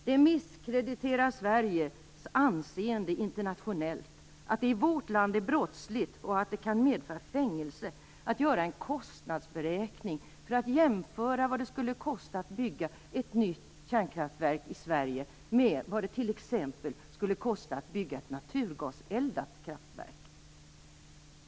Det misskrediterar Sveriges anseende internationellt att det i vårt land är brottsligt och att det kan medföra fängelse att göra en kostnadsberäkning för att jämföra vad det skulle kosta att bygga ett nytt kärnkraftverk i Sverige med vad det t.ex. skulle kosta att bygga ett naturgaseldat kraftverk.